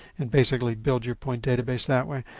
and basically build your point database that way.